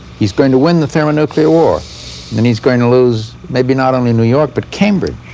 he's going to win the thermonuclear war and he's going to lose maybe not only new york but cambridge,